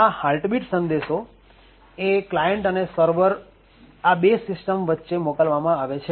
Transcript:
આ heartbeat સંદેશો એ ક્લાયંટ અને સર્વર આ બે સિસ્ટમ્સ વચ્ચે મોકલવામાં આવે છે